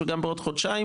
וגם בעוד חודשיים,